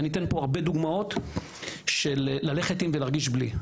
אני אתן פה הרבה דוגמאות של ללכת עם ולהרגיש בלי.